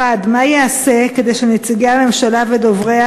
1. מה ייעשה כדי שנציגי הממשלה ודובריה